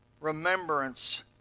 remembrance